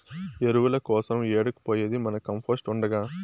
ఎరువుల కోసరం ఏడకు పోయేది మన కంపోస్ట్ ఉండగా